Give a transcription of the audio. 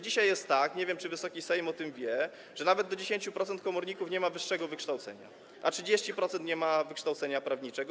Dzisiaj jest tak, nie wiem, czy Wysoki Sejm o tym wie, że nawet do 10% komorników nie ma wyższego wykształcenia, a 30% nie ma wykształcenia prawniczego.